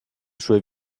suoi